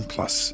Plus